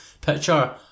Picture